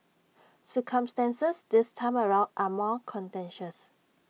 circumstances this time around are more contentious